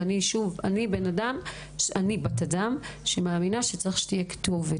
אני מאמינה שצריך שתהיה כתובת.